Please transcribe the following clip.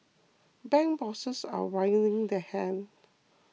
bank bosses are wringing their hands